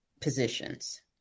positions